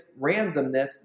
randomness